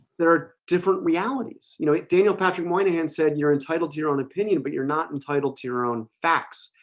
there are different realities. you know it daniel patrick moynihan said you're entitled to your own opinion but you're not entitled to your own facts,